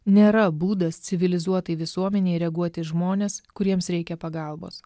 nėra būdas civilizuotai visuomenei reaguoti į žmones kuriems reikia pagalbos